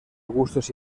gustos